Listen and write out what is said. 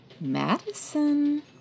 Madison